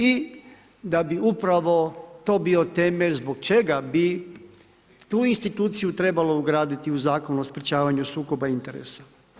I da bi upravo to bio temelj zbog čega bi tu instituciju trebalo ugraditi u Zakon o sprečavanju sukoba interesa.